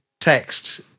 text